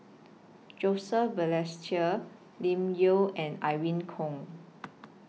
Joseph Balestier Lim Yau and Irene Khong